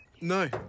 No